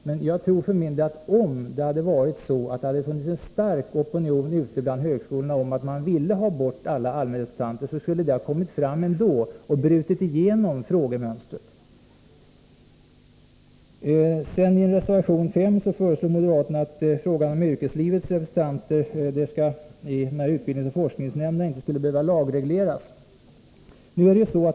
Men jag tror för min del att om det hade funnits en stark opinion ute bland högskolorna om att man ville ha bort alla allmänrepresentanter, skulle det ha kommit fram ändå och brutit igenom frågemönstret. I reservation 5 föreslår moderaterna att frågan om yrkeslivets representanter i utbildningsoch forskningsnämnderna inte skall behöva lagregleras.